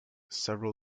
several